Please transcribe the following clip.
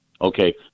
Okay